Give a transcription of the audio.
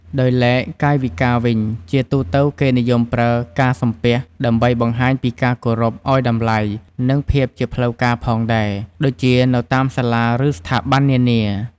ដោយឡែកកាយវិការវិញ ជាទូទៅគេនិយមប្រើការសំពះ ដើម្បីបង្ហាញពីការគោរព ឱ្យតម្លៃ និងភាពជាផ្លូវការផងដែរ ដូចជា នៅតាមសាលា ឬ ស្ថាប័ននានា។